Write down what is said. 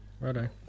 Righto